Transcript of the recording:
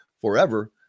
forever